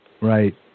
Right